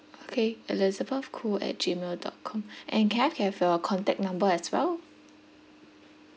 okay elizabeth khoo at G mail dot com and can I have can I have your contact number as well